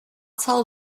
tell